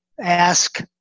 ask